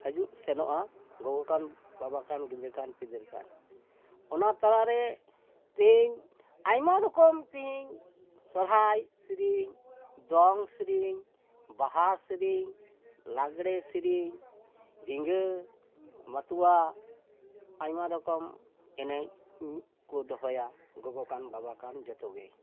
ᱦᱤᱡᱩᱜ ᱥᱮᱱᱚᱜᱼᱟ ᱜᱚᱜᱚ ᱠᱟᱱ ᱵᱟᱵᱟ ᱠᱟᱱ ᱜᱤᱫᱽᱨᱟᱹ ᱠᱟᱱ ᱯᱤᱫᱟᱹᱨ ᱠᱟᱱ ᱚᱱᱟ ᱛᱟᱞᱟᱨᱮ ᱛᱤᱦᱤᱧ ᱟᱭᱢᱟ ᱨᱚᱠᱚᱢ ᱛᱤᱦᱤᱧ ᱥᱚᱦᱨᱟᱭ ᱥᱮᱨᱮᱧ ᱫᱚᱝ ᱥᱮᱨᱮᱧ ᱵᱟᱦᱟ ᱥᱮᱨᱮᱧ ᱞᱟᱜᱽᱬᱮ ᱥᱮᱨᱮᱧ ᱨᱤᱸᱡᱷᱟᱹ ᱢᱟᱛᱣᱟᱨ ᱟᱭᱢᱟ ᱨᱚᱠᱚᱢ ᱮᱱᱮᱡ ᱠᱚ ᱫᱚᱦᱚᱭᱟ ᱜᱚᱜᱚ ᱠᱟᱱ ᱵᱟᱵᱟ ᱠᱟᱱ ᱡᱷᱚᱛᱚ ᱜᱮ